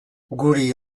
guri